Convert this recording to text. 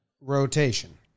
Rotation